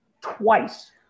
Twice